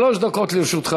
שלוש דקות לרשותך,